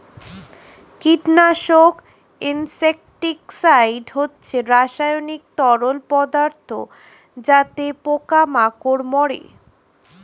কীটনাশক ইনসেক্টিসাইড হচ্ছে রাসায়নিক তরল পদার্থ যাতে পোকা মাকড় মারে